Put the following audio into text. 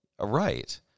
Right